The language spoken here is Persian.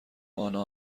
آنا